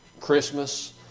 Christmas